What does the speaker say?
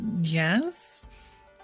yes